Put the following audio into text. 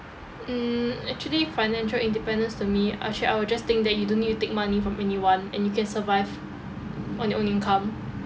mm actually financial independence to me actually I would just think that you don't need to take money from anyone and you can survive on your own income